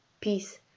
peace